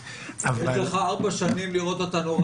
יש לך ארבע שנים לראות אותנו רבים בקואליציה.